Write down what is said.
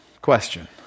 Question